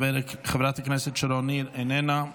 חברת הכנסת שרון ניר, איננה.